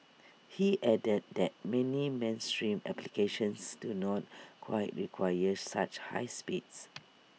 he added that many mainstream applications do not quite require such high speeds